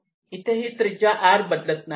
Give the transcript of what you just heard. इथे ही त्रिज्या r बदलत नाही